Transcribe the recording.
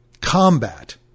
combat